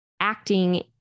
acting